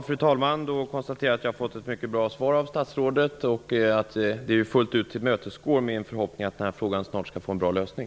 Fru talman! Jag konstaterar att jag har fått ett mycket bra svar av statsrådet och att det fullt ut tillmötesgår min förhoppning att frågan snart skall få en bra lösning.